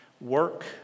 work